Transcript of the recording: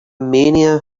mania